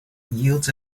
yields